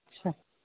اچھا